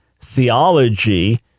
theology